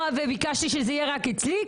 ביקשתי שזה יהיה רק אצלי.